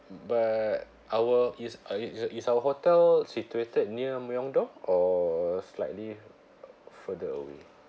but our is is is our hotel situated near myeong dong or slightly further away